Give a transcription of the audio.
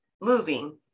moving